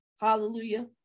hallelujah